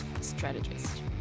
strategist